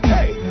Hey